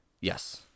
Yes